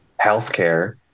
healthcare